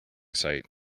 site